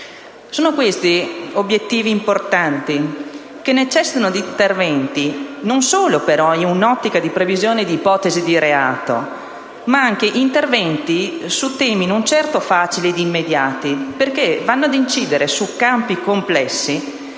Si tratta di obiettivi importanti che necessitano di interventi non solo in un'ottica di previsione di ipotesi di reato, ma anche su temi non certo facili ed immediati, perché incidono su campi complessi